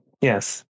Yes